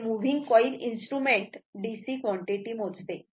हे moving coil instrument DC quantity मोजते